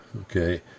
Okay